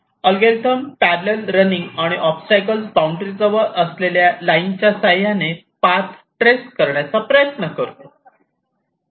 algorithm parallel running आणि obstacles boundary जवळ असणाऱ्या लाईन च्या साह्याने पाथ ट्रेस करण्याचा प्रयत्न करतो